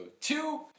two